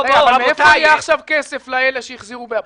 איפה יהיה עכשיו כסף לאלה שהחזירו באפריל?